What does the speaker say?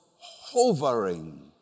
hovering